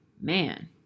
man